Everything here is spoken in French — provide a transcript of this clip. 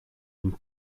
une